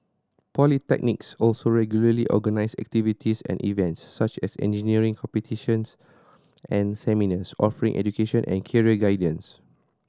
polytechnics also regularly organise activities and events such as engineering competitions and seminars offering education and career guidance